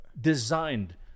designed